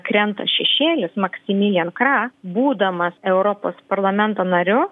krenta šešėlis maksimilian kra būdamas europos parlamento nariu